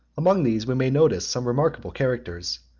among these we may notice some remarkable characters.